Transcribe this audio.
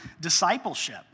discipleship